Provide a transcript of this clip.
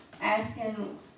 asking